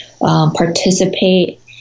participate